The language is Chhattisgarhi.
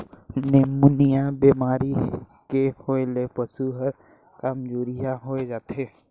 निमोनिया बेमारी के होय ले पसु हर कामजोरिहा होय जाथे